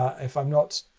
if i'm not,